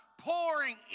pouring